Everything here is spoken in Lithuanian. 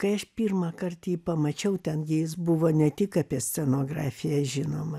kai aš pirmąkart jį pamačiau ten jis buvo ne tik apie scenografiją žinoma